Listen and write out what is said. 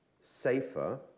safer